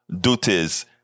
duties